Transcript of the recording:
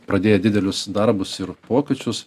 pradėję didelius darbus ir pokyčius